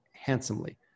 handsomely